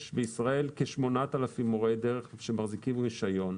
יש בישראל כ-8,000 מורי דרך שמחזיקים רישיון.